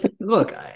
look